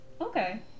Okay